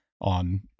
on